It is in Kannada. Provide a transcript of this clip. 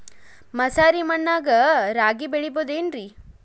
ಮಸಾರಿ ಮಣ್ಣಾಗ ರಾಗಿ ಬೆಳಿಬೊದೇನ್ರೇ?